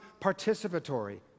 participatory